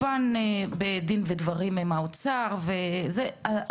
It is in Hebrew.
בדין ודברים עם משרד האוצר התוכנית